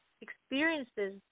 experiences